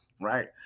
right